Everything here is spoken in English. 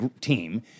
team